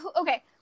okay